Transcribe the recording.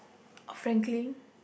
frankly